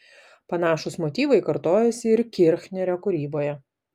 panašūs motyvai kartojosi ir kirchnerio kūryboje